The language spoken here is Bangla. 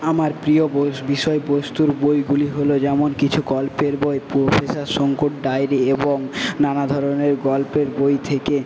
আমার প্রিয় বইস বিষয়বস্তুর বইগুলি হলো যেমন কিছু গল্পের বই প্রফেসর শঙ্কুর ডায়েরি এবং নানা ধরনের গল্পের বই থেকে